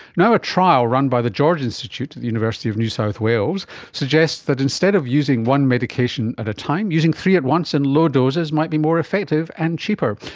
now a trial run by the george institute at the university of new south wales suggests that instead of using one medication at a time, using three at once in low doses might be more effective and cheaper.